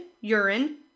urine